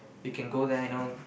you can go there you know